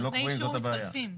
נותני האישור מתחלפים.